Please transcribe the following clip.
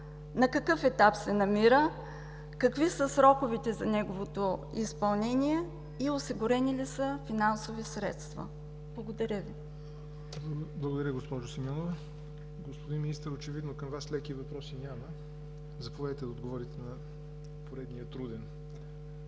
на какъв етап се намира? Какви са сроковете за неговото изпълнение и осигурени ли са финансови средства? Благодаря Ви. ПРЕДСЕДАТЕЛ ЯВОР НОТЕВ: Благодаря, госпожо Симеонова. Господин Министър, очевидно към Вас леки въпроси няма. Заповядайте да отговорите на поредния труден